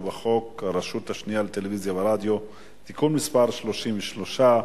ובחוק הרשות השנייה לטלוויזיה ורדיו (תיקון מס' 33),